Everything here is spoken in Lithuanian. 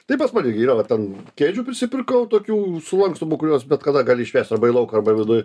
tai pas mane gi yra va ten kėdžių prisipirkau tokių sulankstomų kuriuos bet kada gali išvest arba į lauką arba viduj